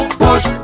push